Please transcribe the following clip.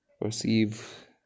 Perceive